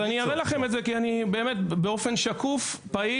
אני אראה לכם את זה באופן שקוף ופעיל.